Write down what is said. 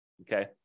Okay